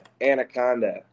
anaconda